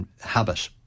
habit